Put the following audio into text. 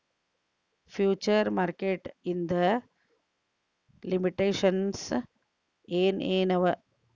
Future market ಇಂದ್ limitations ಏನ್ ಏನವ?